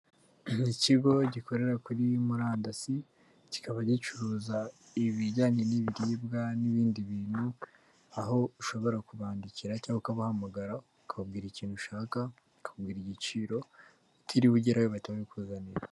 Ikigo gikorera kuri murandasi, kikaba gicuruza ibijyanye n'ibiribwa n'ibindi bintu, aho ushobora kubandikira cyangwa ukabahamagara ukabwira ikintu ushaka, bakakubwira igiciro utiriwe ugerayo bahita babikuzanira.